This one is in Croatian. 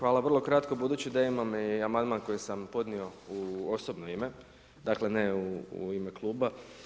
Hvala, vrlo kratko, budući da imam i amandman koji sam podnio u osobno ime, dakle, ne u ime kluba.